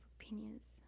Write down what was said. opinions